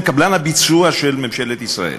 במקום לבוא,